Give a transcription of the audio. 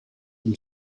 from